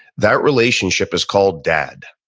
that relationship is called dad,